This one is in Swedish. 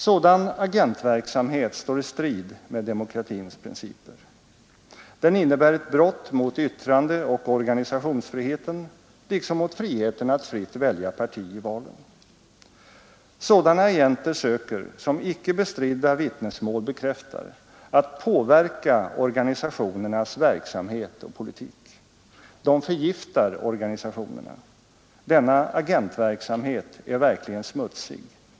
Sådan agentverksamhet står i strid med demokratins principer. Den innebär ett brott mot yttrandeoch organisationsfriheten liksom mot friheten att fritt välja parti i valen. Sådana agenter söker — som icke bestridda vittnesmål bekräftar — att påverka organisationernas verksamhet och politik. De förgiftar organisationerna. Denna agentverksamhet är verkligen smutsig.